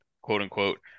quote-unquote